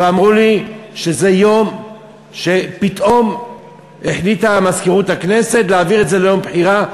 ואמרו לי שזה יום שפתאום החליטה מזכירות הכנסת להעביר ליום בחירה.